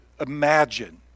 imagine